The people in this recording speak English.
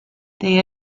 they